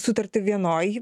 sutartį vienoj